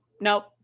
nope